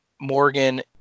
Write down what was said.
morgan